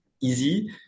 easy